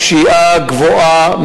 התשובה שלכם הייתה "לא",